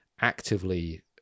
actively